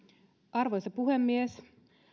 arvoisa puhemies